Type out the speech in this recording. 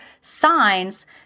signs